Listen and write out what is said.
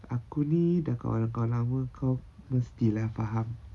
aku ni dah kaw~ kawan lama kau mesti lah faham